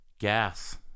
Gas